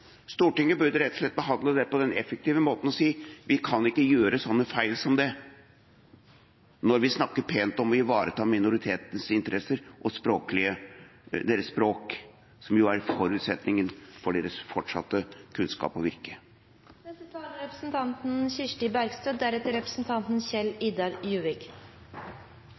Stortinget burde rett og slett behandle dette på en effektiv måte og si at vi kan ikke gjøre sånne feil som det når vi snakker pent om å ivareta minoritetenes interesser og deres språk, som jo er forutsetningen for deres fortsatte kunnskap og virke. Jeg vil først takke representanten Kolberg for å ville ta opp et grunnlovsforslag, som SV også støtter og er